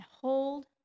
hold